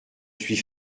suis